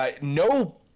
No